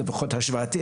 לפחות השוואתי,